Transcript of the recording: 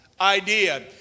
idea